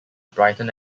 brighton